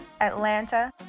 Atlanta